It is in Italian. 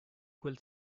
quel